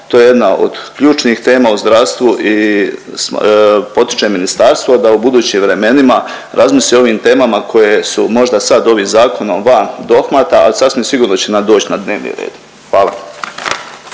to je jedna od ključnih tema u zdravstvu i potičem ministarstvo da u budućim vremenima razmisli o ovim temama koje su možda sad ovim Zakonom van dohmata, ali sasvim sigurno da će nadoći na dnevni red. Hvala.